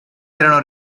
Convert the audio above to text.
erano